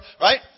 Right